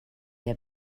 der